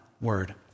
word